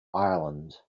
ireland